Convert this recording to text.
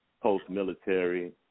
post-military